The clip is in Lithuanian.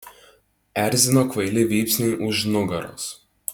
erzino kvaili vypsniai už nugaros